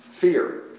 Fear